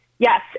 Yes